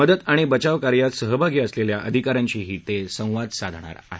मदत आणि बचावकार्यात सहभागी असलेल्या अधिका यांशीही ते संवाद साधणार आहेत